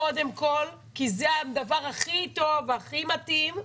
כי זה הדבר הכי טוב והכי מתאים,